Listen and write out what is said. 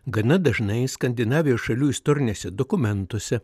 gana dažnai skandinavijos šalių istoriniuose dokumentuose